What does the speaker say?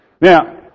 Now